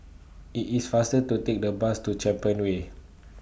IT IS faster to Take The Bus to Champion Way